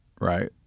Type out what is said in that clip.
right